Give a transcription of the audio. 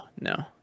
no